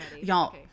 Y'all